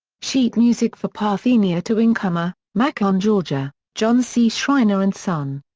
sheet music for parthenia to incomar, macon, ga john c. schreiner and son.